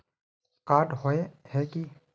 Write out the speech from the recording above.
Card होय है की?